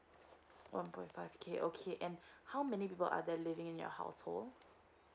one point five K okay and how many people are there living in your household